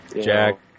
Jack